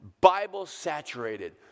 Bible-saturated